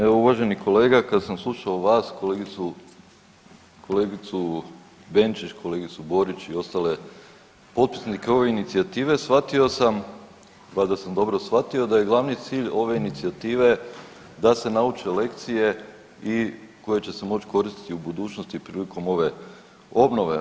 Evo uvaženi kolega kad sam slušao vas, kolegicu, kolegicu Benčić, kolegicu Borić i ostale potpisnike ove inicijative shvatio sam, valjda sam dobro shvatio da je glavni cilj ove inicijative da se nauče lekcije i koje će se moći koristiti u budućnosti prilikom ove obnove.